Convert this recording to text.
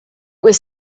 was